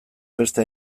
beste